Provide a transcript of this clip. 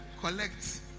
Collect